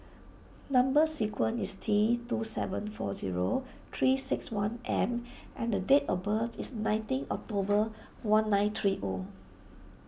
Number Sequence is T two seven four zero three six one M and date of birth is nineteen October one nine three O